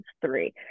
three